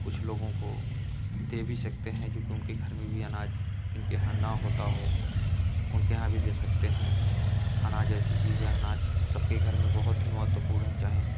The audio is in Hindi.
कुछ लोगों को दे भी सकते हैं क्योंकि उनके घर में भी अनाज जिनके यहाँ न होता हो उनके यहाँ भी दे सकते हैं अनाज ऐसी चीज़ है अनाज सबके घर में बहुत ही महत्वपूर्ण है चाहे